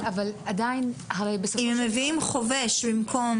אבל עדין -- אם הם מביאים חובש במקום